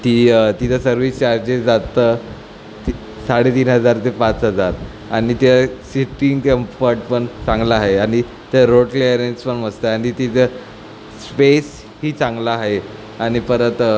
ती तिचं service charges जातं ती साडे तीन हजार ते पाच हजार आणि ते सीटिंग कम्फर्ट पण चांगला आहे आणि ते रोड क्लेअरन्स पण मस्त आहे आणि तिचं स्पेसही चांगला आहे आणि परत